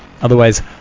Otherwise